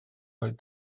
oedd